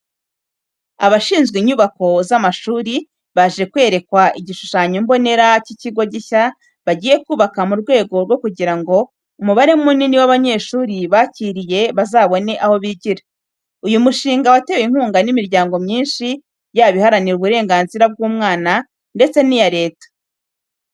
Abashinzwe inyubako z'amashuri baje kwerekwa igishushanyo mbonera cy'ikigo gishya bagiye kubaka mu rwego rwo kugira ngo umubare munini w'abanyeshuri bakiriye bazabone aho bigira. Uyu mushinga watewe inkunga n'imiryago myinshi yaba iharanira uburenganzira bw'umwana ndetse n'iya leta.